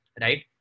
right